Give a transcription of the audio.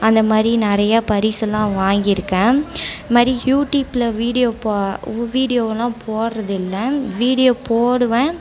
அந்தமாதிரி நிறையா பரிசுலாம் வாங்கிருக்கேன் இதுமாரி யூடியூப்பில் வீடியோ பா வு வீடியோவை எல்லாம் போடுகிறது இல்லை வீடியோ போடுவேன்